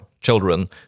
children